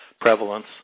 prevalence